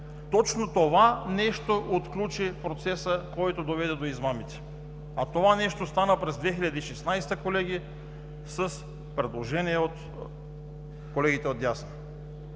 Точно това нещо отключи процеса, който доведе до измамите, а това нещо стана през 2016 г., колеги, с предложение на колегите от дясно.